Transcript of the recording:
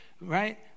right